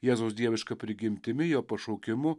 jėzaus dieviška prigimtimi jo pašaukimu